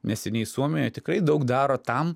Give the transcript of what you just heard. neseniai suomijoj tikrai daug daro tam